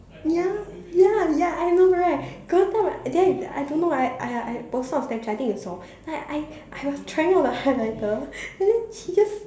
ya ya ya I know right got one time I did I I don't know I I I posted on Snapchat I think you saw like I I was trying out the highlighter and then he just